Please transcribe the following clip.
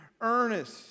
earnest